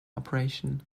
operation